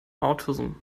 autism